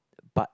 but